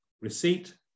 Receipt